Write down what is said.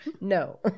No